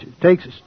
takes